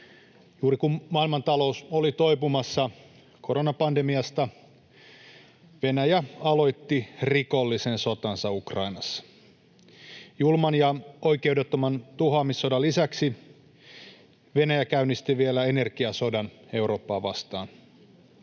Juuri kun maailmantalous oli toipumassa koronapandemiasta, Venäjä aloitti rikollisen sotansa Ukrainassa. Julman ja oikeudettoman tuhoamissodan lisäksi Venäjä käynnisti vielä energiasodan Eurooppaa vastaan.